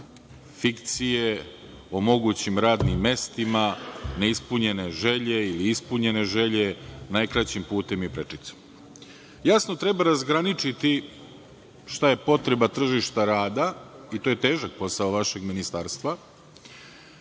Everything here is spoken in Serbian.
fikcije, o mogućim radnim mestima, neispunjene želje ili ispunjene želje, najkraćim putem ili prečicom. Jasno treba razgraničiti šta je potreba tržišta rada i to je težak posao vašeg Ministarstva,